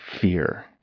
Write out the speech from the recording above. fear